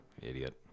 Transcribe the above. Idiot